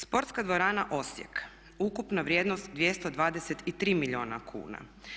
Sportska dvorana Osijek, ukupna vrijednost 223 milijuna kuna.